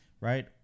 Right